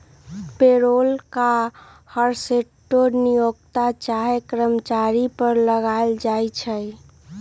payroll कर हरसठ्ठो नियोक्ता चाहे कर्मचारी पर लगायल जाइ छइ